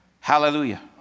Hallelujah